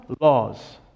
laws